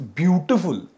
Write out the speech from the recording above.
beautiful